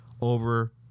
over